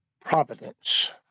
providence